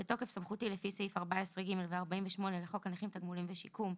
בתוקף סמכותי לפי סעיפים 14(ג) ו-48 לחוק הנכים (תגמולים ושיקום),